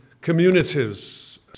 communities